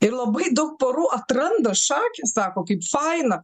ir labai daug porų atranda šakės sako kaip faina